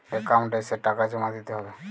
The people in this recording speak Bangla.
একাউন্ট এসে টাকা জমা দিতে হবে?